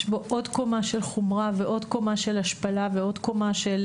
יש בו עוד קומה של חומרה ועוד קומה של השפלה ועוד קומה של